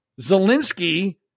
Zelensky